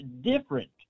different